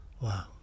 wow